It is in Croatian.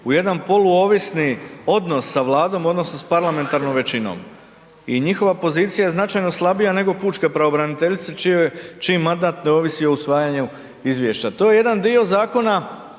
u jedan poluovisni odnos sa Vladom odnosno sa parlamentarnom većinom i njihova je pozicija značajno slabija nego pučke pravobraniteljice čiji mandat ne ovisi o usvajanju izvješća. To je jedan dio Zakona